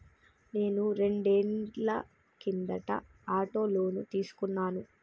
నేను రెండేళ్ల కిందట ఆటో లోను తీసుకున్నాను